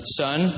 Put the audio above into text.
son